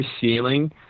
ceiling